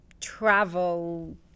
travel